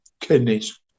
kidneys